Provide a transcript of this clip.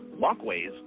Walkways